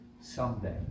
someday